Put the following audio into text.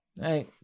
Hey